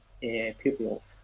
pupils